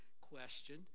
question